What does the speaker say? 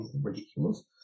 ridiculous